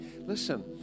listen